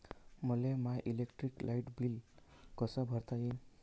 मले my electric light bill कस भरता येईल?